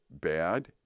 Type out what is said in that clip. bad